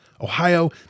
Ohio